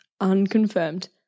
unconfirmed